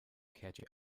catchy